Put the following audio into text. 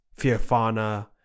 Fiofana